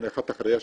אחת אחרי השנייה,